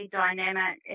dynamic